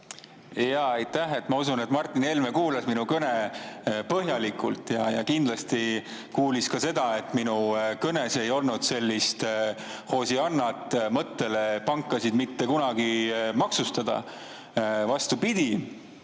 Aitäh! Ma usun, et Martin Helme kuulas mu kõnet põhjalikult ja kindlasti kuulis ka seda, et minu kõnes ei olnud sellist hosiannat mõttele pankasid mitte kunagi maksustada. Vastupidi,